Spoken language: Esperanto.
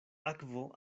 akvo